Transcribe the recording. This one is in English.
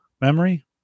memory